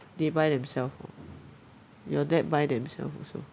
they buy themself orh your dad buy themself also